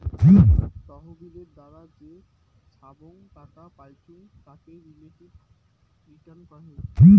তহবিলের দ্বারা যে ছাব্যাং টাকা পাইচুঙ তাকে রিলেটিভ রিটার্ন কহে